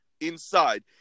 inside